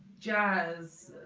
jazz,